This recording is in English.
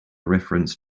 reference